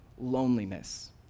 loneliness